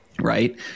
right